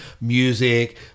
music